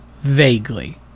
vaguely